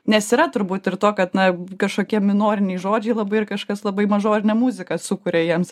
nes yra turbūt ir to kad na kažkokie minoriniai žodžiai labai kažkas labai mažorinę muziką sukuria jiems